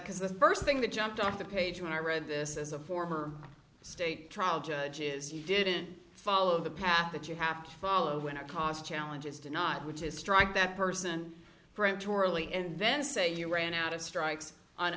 because the first thing that jumped off the page when i read this as a former state trial judge is you didn't follow the path that you have to follow when a cost challenges do not which is strike that person brant surely and then say you ran out of strikes on